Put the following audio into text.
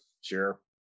Sure